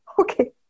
Okay